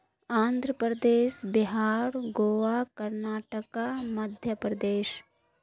Andhra Pradesh Bihar Goa Karnataka Madhya Pradesh